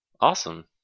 Awesome